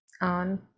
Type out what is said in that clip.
on